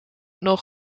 nog